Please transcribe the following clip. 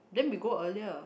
then we go earlier